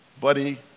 buddy